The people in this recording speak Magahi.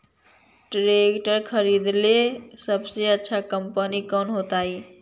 ट्रैक्टर खरीदेला सबसे अच्छा कंपनी कौन होतई?